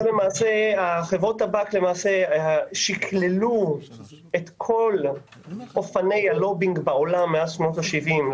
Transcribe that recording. חברות הבת למעשה שקללו את כל אופני הלובינג בעולם מאז שנות ה-70.